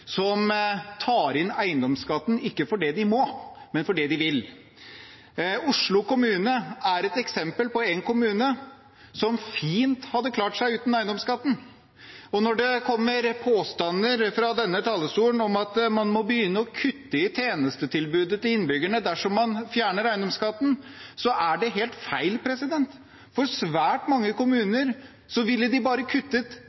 som tar inn eiendomsskatten ikke fordi de må, men fordi de vil. Oslo kommune er et eksempel på en kommune som fint hadde klart seg uten eiendomsskatten. Og når det kommer påstander fra denne talerstolen om at man må begynne å kutte i tjenestetilbudet til innbyggerne dersom man fjerner eiendomsskatten, er det helt feil. For svært mange